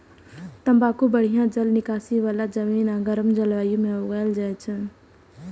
तंबाकू बढ़िया जल निकासी बला जमीन आ गर्म जलवायु मे उगायल जाइ छै